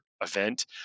event